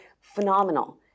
phenomenal